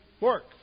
work